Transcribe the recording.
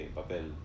papel